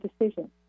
decision